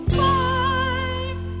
five